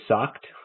sucked